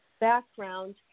background